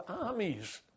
armies